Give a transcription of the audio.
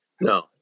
No